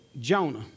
Jonah